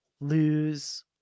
lose